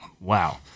Wow